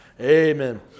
Amen